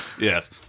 Yes